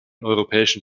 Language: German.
europäischen